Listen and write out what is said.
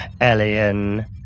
Alien